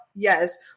Yes